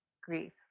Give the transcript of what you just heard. grief